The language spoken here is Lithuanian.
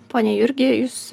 pone jurgi į jus